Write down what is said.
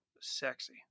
sexy